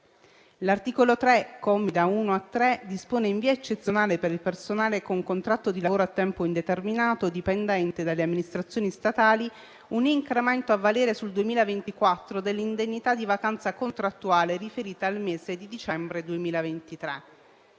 L'articolo 3, commi da 1 a 3, dispone in via eccezionale per il personale con contratto di lavoro a tempo indeterminato dipendente dalle amministrazioni statali, un incremento a valere sul 2024 dell'indennità di vacanza contrattuale riferita al mese di dicembre 2023.